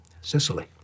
Sicily